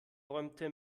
räumte